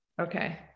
okay